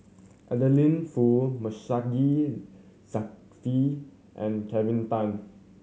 Adeline Foo Masagos Zulkifli and Kelvin Tan